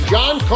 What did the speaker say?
John